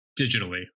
digitally